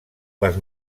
les